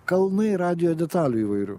kalnai radijo detalių įvairių